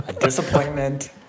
Disappointment